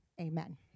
Amen